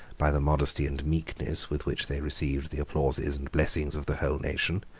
by the modesty and meekness with which they received the applauses and blessings of the whole nation,